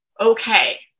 okay